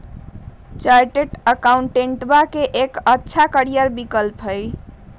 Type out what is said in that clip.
chartered अकाउंटेंटवा के एक अच्छा करियर विकल्प हई